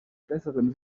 besseren